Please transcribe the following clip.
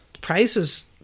prices